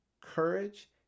courage